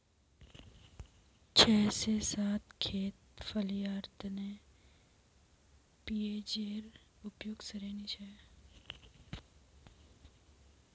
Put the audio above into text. छह से सात खेत फलियार तने पीएचेर उपयुक्त श्रेणी छे